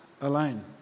alone